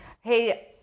hey